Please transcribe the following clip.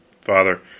father